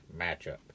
matchup